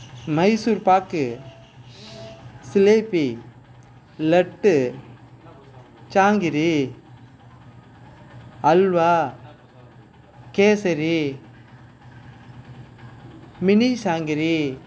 Mysore pak jalebi laddu jangiri halwa kesari mini jangiri